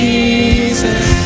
Jesus